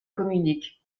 communique